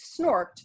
snorked